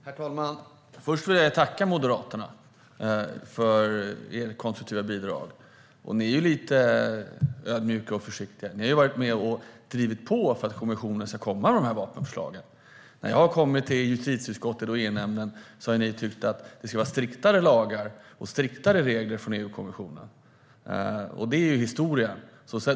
Herr talman! Först vill jag tacka Moderaterna för era konstruktiva bidrag. Ni är lite ödmjuka och försiktiga. Ni har ju varit med och drivit på för att kommissionen ska komma med de här vapenförslagen. När jag har kommit till justitieutskottet och EU-nämnden har ni ju sagt att ni tycker att det ska vara striktare lagar och regler från EU-kommissionen. Det är historia.